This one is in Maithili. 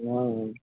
नहि नहि